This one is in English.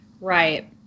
right